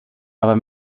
aber